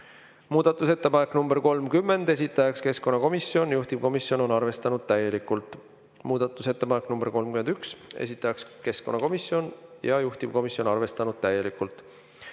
Muudatusettepanek nr 15, esitajaks on keskkonnakomisjon ja juhtivkomisjon on arvestanud täielikult. Muudatusettepanek nr 16, esitajaks keskkonnakomisjon ja juhtivkomisjon on arvestanud täielikult.